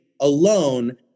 alone